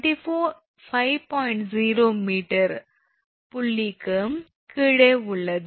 0 m புள்ளிக்கு கீழே உள்ளது